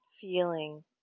feeling